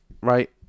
Right